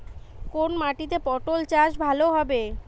কোন মাটিতে পটল চাষ ভালো হবে?